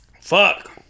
Fuck